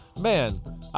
man